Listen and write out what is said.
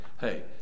hey